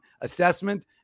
assessment